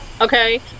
Okay